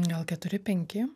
gal keturi penki